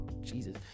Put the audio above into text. Jesus